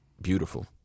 beautiful